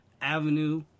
avenue